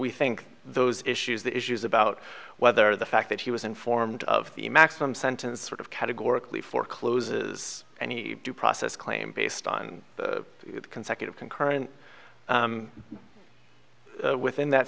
we think those issues the issues about whether the fact that he was informed of the maximum sentence sort of categorically forecloses any due process claim based on the consecutive concurrent within that